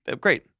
great